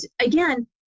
again